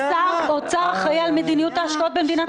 שר האוצר אחראי על מדיניות ההשקעות במדינת ישראל.